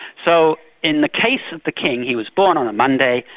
so in the case of the king, he was born on a monday,